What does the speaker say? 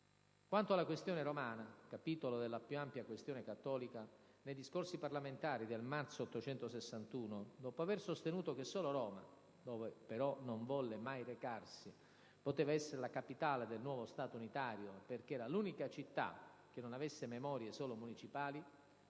Quanto alla Questione romana, capitolo della più ampia questione cattolica, nei discorsi parlamentari del marzo 1861, dopo aver sostenuto che solo Roma - dove però non volle mai recarsi - poteva essere la capitale del nuovo Stato unitario perché era l'unica città che non avesse memorie solo municipali,